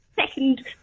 second